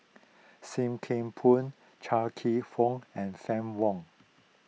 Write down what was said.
Sim Kee Boon Chia Kwek Fah and Fann Wong